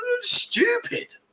stupid